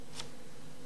באותן שנים